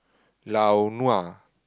lao nua